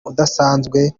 udasanzwe